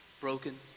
broken